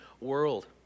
world